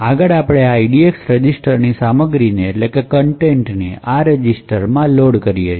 આગળ આપણે આ EDX રજિસ્ટરની સામગ્રીને આ રજિસ્ટરમાં લોડ કરીએ છીએ